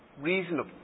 reasonable